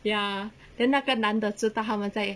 ya then 那个男的知道他们在